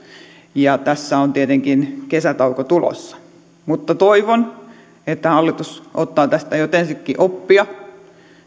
ja tässä on tietenkin kesätauko tulossa mutta toivon että hallitus ottaa tästä ensiksikin oppia